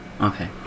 Okay